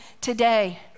today